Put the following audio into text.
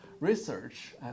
Research